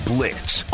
Blitz